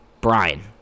Brian